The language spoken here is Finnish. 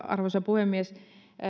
arvoisa puhemies